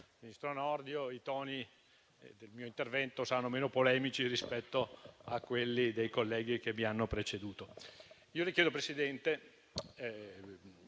ministro Nordio, i toni del mio intervento saranno meno polemici rispetto a quelli dei colleghi che mi hanno preceduto. Signor Presidente,